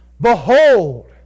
Behold